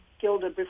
Gilda